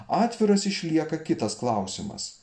atviras išlieka kitas klausimas